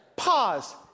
pause